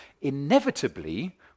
inevitably